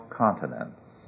continents